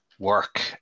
Work